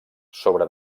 sobre